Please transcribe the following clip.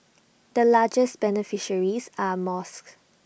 the largest beneficiaries are mosques